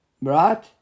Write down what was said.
right